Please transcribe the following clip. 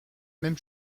même